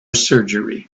surgery